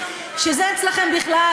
שזה אצלכם בכלל,